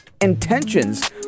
Intentions